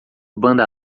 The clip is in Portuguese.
banda